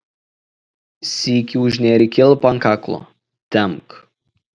sykį užnėrei kilpą ant kaklo tempk